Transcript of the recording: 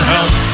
Help